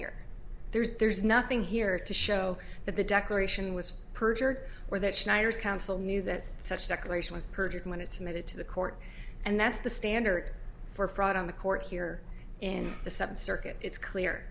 that here there's nothing here to show that the declaration was perjured or that schneider's counsel knew that such speculation was perjured when it's made it to the court and that's the standard for fraud on the court here in the seventh circuit it's clear